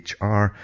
HR